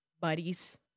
buddies